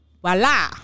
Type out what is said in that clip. voila